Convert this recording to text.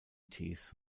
tees